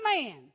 man